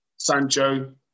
Sancho